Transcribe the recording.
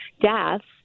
deaths